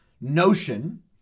notion